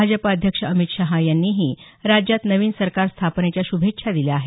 भाजपा अध्यक्ष अमित शहा यांनीही राज्यात नवीन सरकार स्थापनेच्या शुभेच्छा दिल्या आहेत